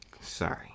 Sorry